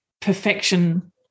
perfection